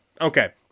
Okay